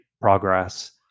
progress